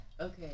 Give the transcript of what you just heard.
Okay